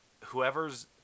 Whoever's